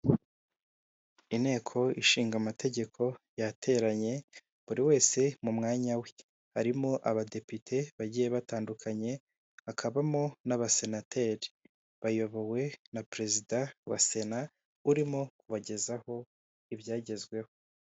Inteko ishinga amategeko yateranye buri wese mu mwanya we, harimo abadepite bagiye batandukanye akabamo n'abasenateri bayobowe na perezida wa sena urimo kubagezaho ibyagezweho.